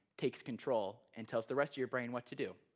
takes control and tells the rest of your brain what to do,